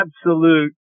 absolute